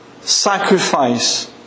sacrifice